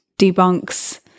debunks